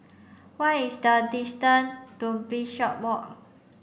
what is the distance to Bishopswalk